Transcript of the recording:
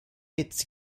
its